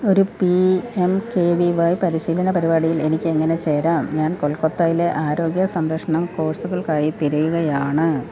ഒരു P M K V Y പരിശീലന പരിപാടിയിൽ എനിക്ക് അങ്ങനെ ചേരാം ഞാൻ കൊൽക്കത്തയിലെ ആരോഗ്യ സംരക്ഷണം കോഴ്സുകൾക്കായി തിരയുകയാണ്